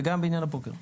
וגם בעניין הפוקר.